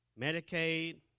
Medicaid